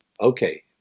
Okay